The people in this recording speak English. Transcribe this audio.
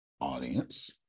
audience